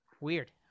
weird